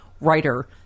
writer